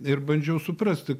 ir bandžiau suprasti